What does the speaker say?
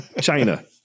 China